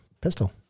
Pistol